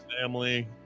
family